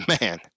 man